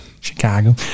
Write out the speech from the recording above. Chicago